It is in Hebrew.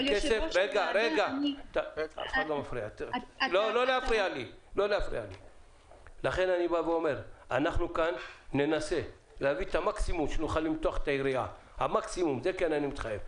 אני מתחייב שאנחנו ננסה כאן למתוח את היריעה למקסימום ולתקן